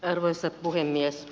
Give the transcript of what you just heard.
arvoisa puhemies